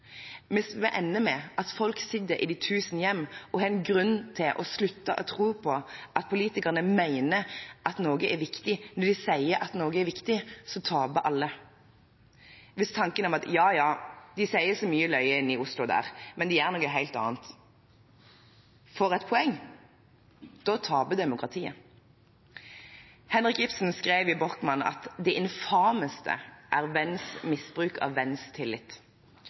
Hvis det ender med at folk sitter i de tusen hjem og har grunn til å slutte å tro på at politikerne mener at noe er viktig når de sier at noe er viktig, taper alle. Hvis tanken om at ja, ja, de sier så mye løye inne i Oslo, men de gjør noe helt annet, får et poeng, taper demokratiet. Henrik Ibsen skrev i «John Gabriel Borkman»: «Det infameste er venns misbruk av